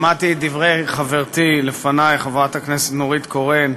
שמעתי את דברי חברתי לפני, חברת הכנסת נורית קורן,